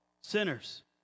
sinners